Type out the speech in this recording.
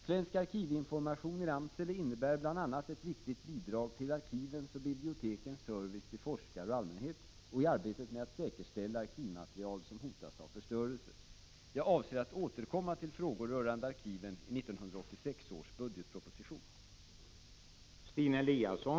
SVAR innebär bl.a. ett viktigt bidrag till arkivens och bibliotekens service till forskare och allmänhet och i arbetet med att säkerställa arkivmaterial som hotas av förstörelse. Jag avser att återkomma till frågor rörande arkiven i 1986 års budgetproposition.